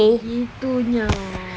gitu nya